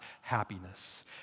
happiness